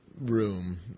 room